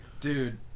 Dude